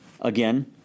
Again